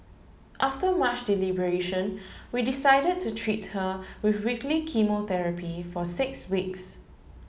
after much deliberation we decided to treat her with weekly chemotherapy for six weeks